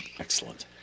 Excellent